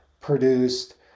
produced